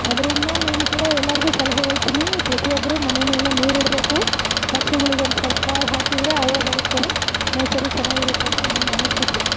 ಅದರಿಂದ ನಾನು ಕೂಡ ಎಲ್ಲರಿಗು ಸಲಹೆ ಹೇಳ್ತೀನಿ ಪ್ರತಿಯೊಬ್ಬರು ಮನೆ ಮೇಲೆ ನೀರು ಇಡಬೇಕು ಪಕ್ಷಿಗಳಿಗೊಂದು ಸ್ವಲ್ಪ್ ಕಾಳು ಹಾಕಿದರೆ ಅವು ಬದುಕ್ತವೆ ನೇಚರು ಚೆನ್ನಾಗಿರುತ್ತೆ ಅಂತ ನನ್ನ ಅನಿಸಿಕೆ